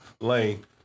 lane